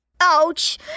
Ouch